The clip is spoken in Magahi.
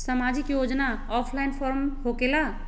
समाजिक योजना ऑफलाइन फॉर्म होकेला?